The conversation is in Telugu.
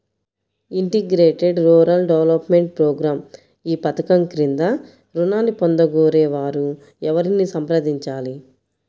ఇంటిగ్రేటెడ్ రూరల్ డెవలప్మెంట్ ప్రోగ్రాం ఈ పధకం క్రింద ఋణాన్ని పొందగోరే వారు ఎవరిని సంప్రదించాలి?